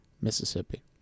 Mississippi